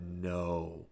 no